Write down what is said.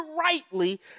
rightly